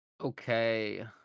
Okay